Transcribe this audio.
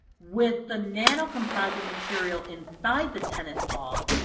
with the nanocomposite material inside the tennis ball,